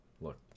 Look